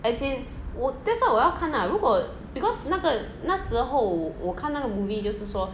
as in 我 that's why 我要看 lah 如果 because 那个那时候我看那个 movie 就是说